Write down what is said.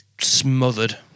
smothered